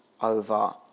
over